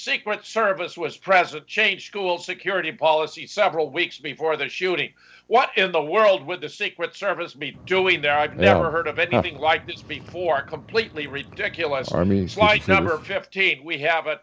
secret service was present change school security policy several weeks before the shooting what in the world with the secret service be doing there i've never heard of anything like this before completely ridiculous armies like number fifty eight we have a